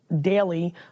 daily